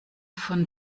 von